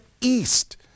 east